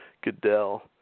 Goodell